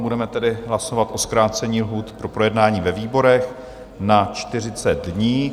Budeme tedy hlasovat o zkrácení lhůt pro projednání ve výborech na 40 dní.